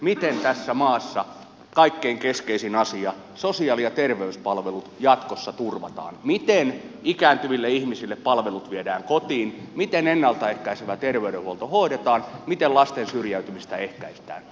miten tässä maassa kaikkein keskeisin asia sosiaali ja terveyspalvelut jatkossa turvataan miten ikääntyville ihmisille palvelut viedään kotiin miten ennalta ehkäisevä terveydenhuolto hoidetaan miten lasten syrjäytymistä ehkäistään